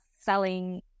selling